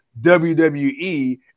WWE